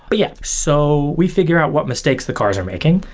but yeah, so we figure out what mistakes the cars are making.